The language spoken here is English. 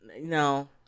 No